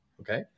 okay